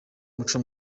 muco